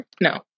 No